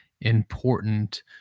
important